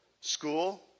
School